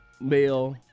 male